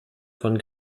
von